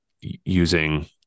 using